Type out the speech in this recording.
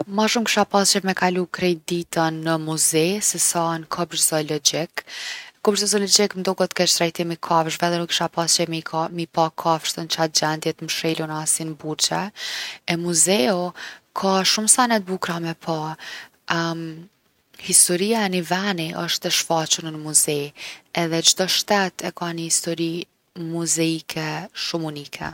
Ma shumë kisha pas qef me kalu krejt ditën në muze se sa në kopsht zoologjik. Kopshti zoologjik m’doket keqtrajtim i kafshëve edhe nuk kisha pas qef m’i ka- m’i pa kafshët n’qat gjendje t’msheluna si n’burgje. E muzeu ka shumë sene t’bukra me pa. historia e ni veni osht e shfaqun n’muze edhe çdo shtet e ka ni histori muzeike shumë unike.